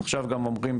עכשיו גם אומרים,